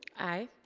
aye.